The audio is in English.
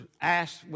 asked